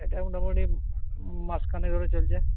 এটা মোটামুটি মাসখানেক ধরে চলছে